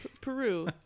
Peru